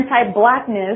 anti-blackness